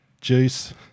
Juice